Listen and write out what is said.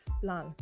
plan